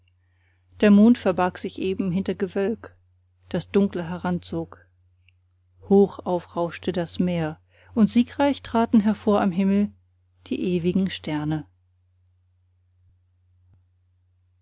der mond verbarg sich eben hinter gewölk das dunkler heranzog hochaufrauschte das meer und siegreich traten hervor am himmel die ewigen sterne